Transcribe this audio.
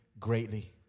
greatly